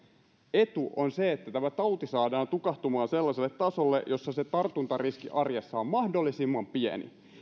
etu on se että tämä tauti saadaan tukahtumaan sellaiselle tasolle jossa tartuntariski arjessa on mahdollisimman pieni